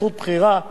של שלושה חודשים,